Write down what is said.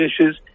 dishes